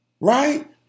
Right